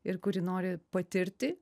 ir kuri nori patirti